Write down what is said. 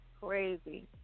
crazy